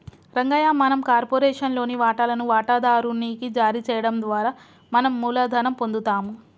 రంగయ్య మనం కార్పొరేషన్ లోని వాటాలను వాటాదారు నికి జారీ చేయడం ద్వారా మనం మూలధనం పొందుతాము